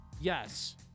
yes